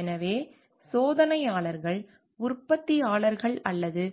எனவே சோதனையாளர்கள் உற்பத்தியாளர்கள் அல்லது